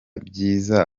byiza